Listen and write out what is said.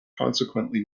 consequently